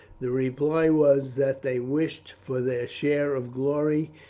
the reply was, that they wished for their share of glory,